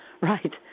right